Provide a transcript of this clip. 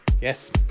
Yes